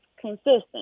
consistent